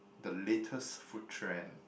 the latest food trend